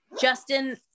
Justin